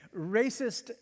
racist